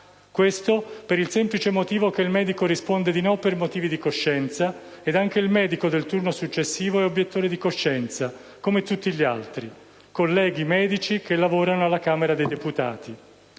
Questo per il semplice motivo che il medico ha risposto di no per motivi di coscienza e anche il medico del turno successivo era obiettore di coscienza, come tutti gli altri: si tratta di colleghi medici che lavorano alla Camera dei deputati.